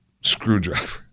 screwdriver